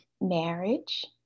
marriage